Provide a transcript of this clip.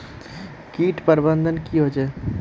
किट प्रबन्धन की होचे?